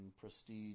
prestige